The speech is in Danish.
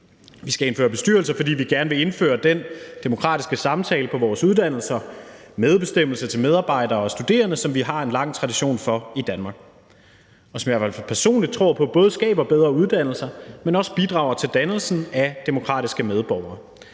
Vi skal indføre bestyrelser, fordi vi gerne vil indføre den demokratiske samtale på vores uddannelser og medbestemmelse til medarbejdere og studerende, som vi har en lang tradition for i Danmark, og som jeg i hvert fald personligt tror på både skaber bedre uddannelser, men også bidrager til dannelsen af demokratiske medborgere.